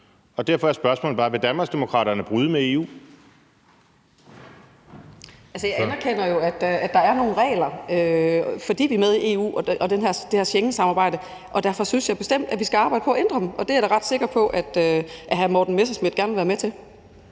Ordføreren. Kl. 15:40 Betina Kastbjerg (DD): Altså, jeg anerkender jo, at der er nogle regler, fordi vi er med i EU og i Schengensamarbejdet, og derfor synes jeg bestemt, at vi skal arbejde på at ændre dem, og det er jeg da ret sikker på at hr. Morten Messerschmidt gerne vil være med til.